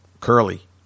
Curly